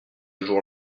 jour